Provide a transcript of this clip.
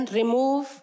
remove